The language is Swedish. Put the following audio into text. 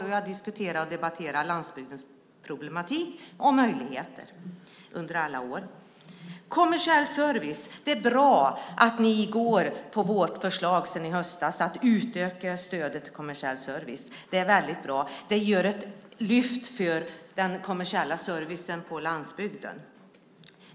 Jag har diskuterat och debatterat landsbygdens problematik och möjligheter under alla år. När det gäller kommersiell service är det bra att ni går på vårt förslag sedan i höstas att utöka stödet till kommersiell service. Det är väldigt bra. Det ger ett lyft för den kommersiella servicen på landsbygden.